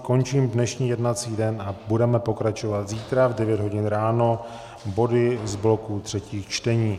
Končím dnešní jednací den a budeme pokračovat zítra v devět hodin ráno body z bloku třetích čtení.